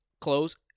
close